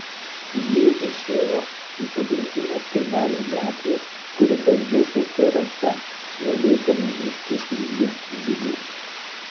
jie išėjo į pagrindinės kaimelio gatvės kuri baigėsi terasa uolėtame iškyšulyje vidurį